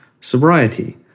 sobriety